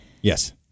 Yes